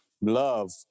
Love